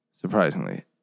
Surprisingly